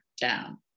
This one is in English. down